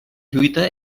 lluita